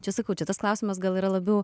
čia sakau čia tas klausimas gal yra labiau